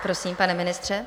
Prosím, pane ministře.